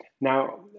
Now